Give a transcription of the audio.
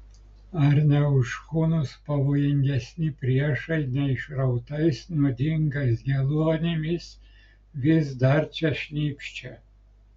ar ne už hunus pavojingesni priešai neišrautais nuodingais geluonimis vis dar čia šnypščia